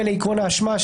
ולעקרון האשמה,